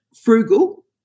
frugal